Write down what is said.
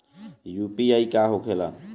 UPI का होके ला?